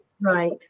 Right